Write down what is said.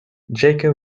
jaka